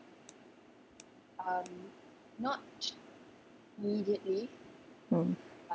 mm